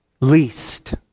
least